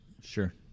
Sure